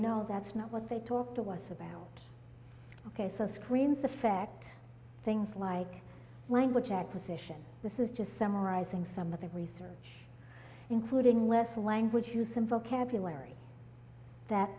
know that's not what they talk to us about ok so screens affect things like language acquisition this is just summarizing some of the research including less language use and vocabulary that